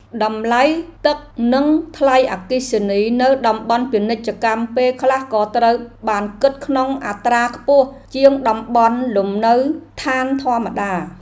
តម្លៃទឹកនិងថ្លៃអគ្គិសនីនៅតំបន់ពាណិជ្ជកម្មពេលខ្លះក៏ត្រូវបានគិតក្នុងអត្រាខ្ពស់ជាងតំបន់លំនៅឋានធម្មតា។